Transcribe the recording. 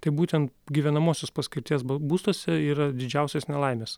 tai būtent gyvenamosios paskirties ba būstuose yra didžiausios nelaimės